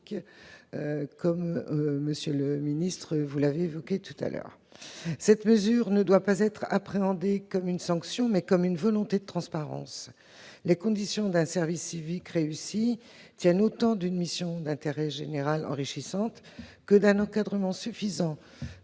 monsieur le ministre. Cette mesure doit être appréhendée non pas comme une sanction, mais comme une volonté de transparence. Les conditions d'un service civique réussi tiennent autant d'une mission d'intérêt général enrichissante que d'un encadrement suffisant